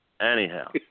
anyhow